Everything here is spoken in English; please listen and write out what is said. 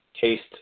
taste